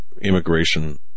immigration